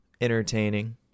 entertaining